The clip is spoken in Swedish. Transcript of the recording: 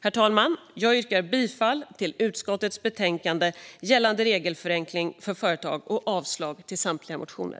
Herr talman! Jag yrkar bifall till förslaget i utskottets betänkande Regelförenkling för företag och avslag på samtliga motioner.